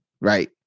right